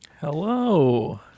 Hello